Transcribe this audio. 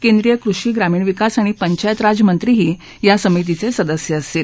केंद्रीय कृषी ग्रामीण विकास आणि पंचायत राज मंत्रीही या समितीचे सदस्य असतील